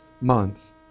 month